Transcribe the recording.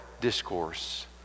discourse